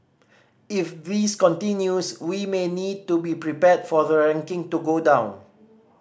if this continues we may need to be prepared for the ranking to go down